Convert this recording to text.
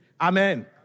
Amen